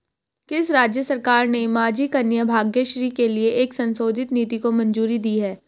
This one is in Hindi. किस राज्य सरकार ने माझी कन्या भाग्यश्री के लिए एक संशोधित नीति को मंजूरी दी है?